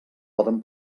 poden